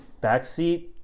backseat